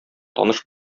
таныш